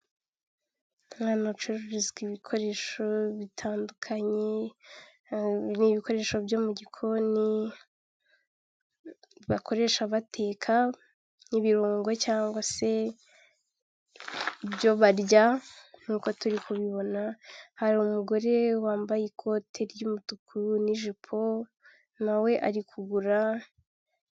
Ahantu hacururizwa ibikoresho bitandukanye nk'ibikoresho byo mu gikoni bakoresha bateka, nk'ibirungo cyangwa se ibyo barya. Nkuko turi kubibona hari umugore wambaye ikote ry'umutuku n'ijipo nawe ari kugura.